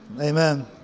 Amen